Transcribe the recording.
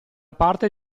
parte